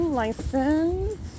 license